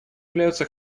являются